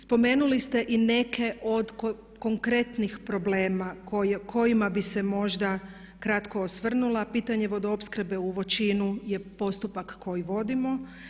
Spomenuli ste i neke od konkretnih problema kojima bi se možda kratko osvrnula, pitanje vodoopskrbe u Voćinu je postupak koji vodimo.